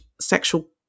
sexual